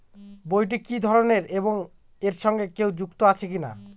বইটি কি ধরনের এবং এর সঙ্গে কেউ যুক্ত আছে কিনা?